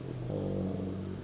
oh